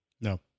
No